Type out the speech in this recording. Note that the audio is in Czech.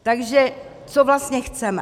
Takže co vlastně chceme?